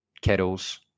Kettles